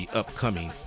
upcoming